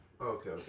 okay